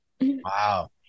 wow